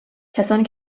کسانی